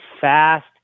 fast